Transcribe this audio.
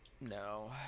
no